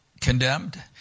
condemned